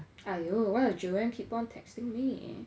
!aiyo! why does joanne keep on texting me